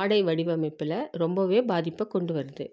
ஆடை வடிவமைப்பில் ரொம்ப பாதிப்பை கொண்டு வருது